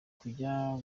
kujya